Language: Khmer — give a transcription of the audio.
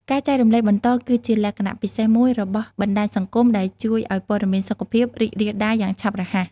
ការចែករំលែកបន្តគឺជាលក្ខណៈពិសេសមួយរបស់បណ្តាញសង្គមដែលជួយឲ្យព័ត៌មានសុខភាពរីករាលដាលយ៉ាងឆាប់រហ័ស។